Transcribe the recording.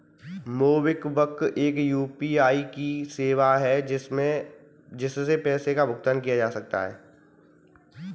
MobiKwik एक UPI की सेवा है, जिससे पैसे का भुगतान किया जाता है